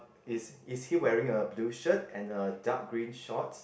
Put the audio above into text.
is is he wearing a blue shirt and a dark green shorts